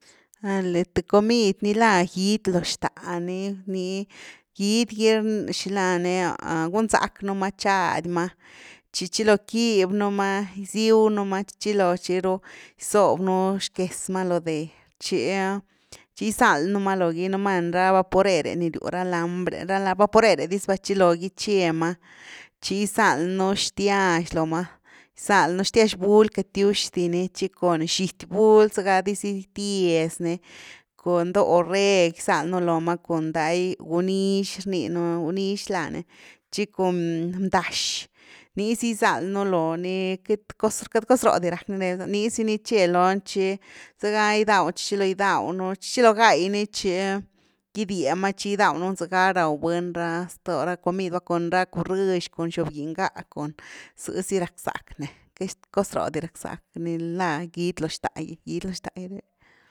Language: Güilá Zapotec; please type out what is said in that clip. Sale th comid ni la gidy lo xtá, ni ni gidy gy xila ni gunzack nu ma tchady ma, tchi chilo kibynu ma, giziw nú ma tchi chilo tchiru gysob nú xckez ma lo déh tchi gisalnu ma logy, numá ra vaporer’e ni ryw ra lambre, ra vaporer’e diz va tchi logy tchema tchi gizald nú xtiax lo ma, gizalnu xtiax bul, queity tywx di ni, tchi cun xity buly, zega dizi tiez ni, cun do oreg gizalnu ló ma, cun ndaygunix rniinu, gunix láni, tchi cun bndax, nii zy gizalnu loo ni, queity cos, queity cos róh di rack ni rebya, nizy ni tche lony tchi zëga, tchi chilo gydaw nú, tchi chilo gai ni tchigidie ma tchi gidawnu zaga rawbuny ra zto ra comid, cun ra curëx, cun xob giny ngá cun, zëzy rack zack ni, queity cos ro’dy raczack ni la gidy lo xtá’gy; gidy lo xtá’gy revia.